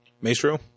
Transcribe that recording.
Maestro